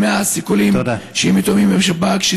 הסיכולים שמתואמים עם השב"כ, תודה.